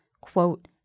quote